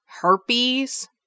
herpes